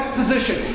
position